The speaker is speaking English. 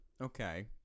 Okay